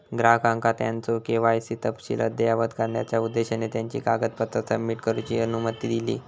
ग्राहकांका त्यांचो के.वाय.सी तपशील अद्ययावत करण्याचा उद्देशान त्यांची कागदपत्रा सबमिट करूची अनुमती दिली